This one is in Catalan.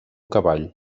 cavall